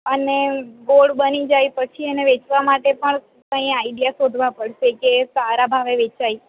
અને ગોળ બની જાય પછી એને વેચવા માટે પણ કઈ આઇડિયા શોધવા પડશે કે સારા ભાવે વેચાય